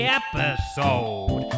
episode